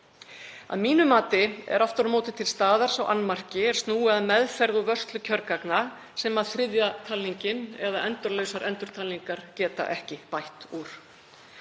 Að mínu mati er aftur á móti til staðar annmarki er snýr að meðferð og vörslu kjörgagna sem þriðja talningin eða endalausar endurtalningar geta ekki bætt úr.